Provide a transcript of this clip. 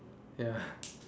ya